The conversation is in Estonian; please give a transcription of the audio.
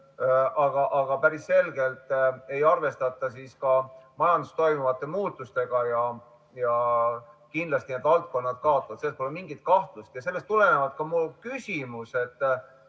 aga päris selgelt ei arvestata majanduses toimuvate muutustega ja kindlasti need valdkonnad kaotavad, selles pole mingit kahtlust. Ja sellest tulenevalt on mul küsimus: